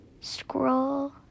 scroll